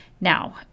Now